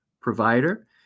provider